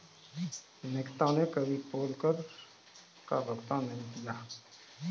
निकिता ने कभी पोल कर का भुगतान नहीं किया है